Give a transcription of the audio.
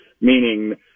meaning